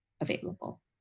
available